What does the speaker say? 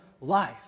life